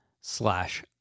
slash